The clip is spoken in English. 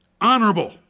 honorable